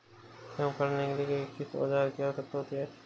गेहूँ काटने के लिए किस औजार की आवश्यकता होती है?